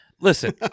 listen